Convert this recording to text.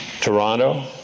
Toronto